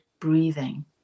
breathing